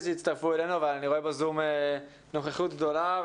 אני שמח לראות בזום נוכחות גדולה,